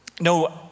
no